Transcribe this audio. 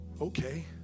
okay